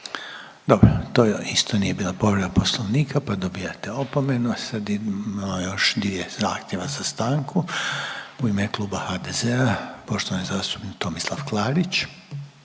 Dobro. To je isto nije bila povreda Poslovnika pa dobivate opomenu. Sad imamo još dvije zahtjeva za stanku. U ime kluba HDZ-a poštovani zastupnik Tomislav Klarić.